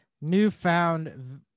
newfound